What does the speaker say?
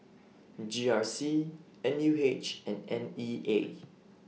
G R C N U H and N E A